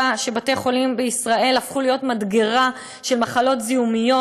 שבתי-חולים בישראל הפכו להיות מדגרה של מחלות זיהומיות.